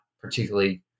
particularly